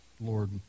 Lord